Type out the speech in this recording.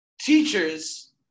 teachers